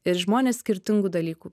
ir žmonės skirtingų dalykų